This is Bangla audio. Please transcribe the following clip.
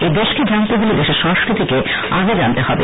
এই দেশকে জানতে হলে দেশের সংস্কৃতিকে আগে জানতে হবে